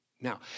Now